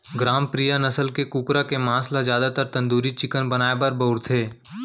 ग्रामप्रिया नसल के कुकरा के मांस ल जादातर तंदूरी चिकन बनाए बर बउरथे